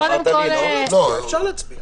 אפשר להצביע.